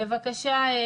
בבקשה,